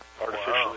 artificially